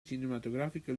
cinematografiche